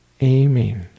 aiming